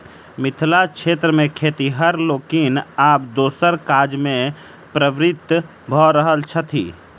मिथिला क्षेत्र मे खेतिहर लोकनि आब दोसर काजमे प्रवृत्त भ रहल छथि